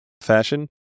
fashion